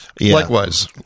likewise